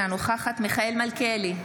אינה נוכחת מיכאל מלכיאלי,